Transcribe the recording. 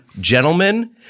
Gentlemen